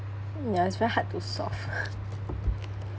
ya it's very hard to solve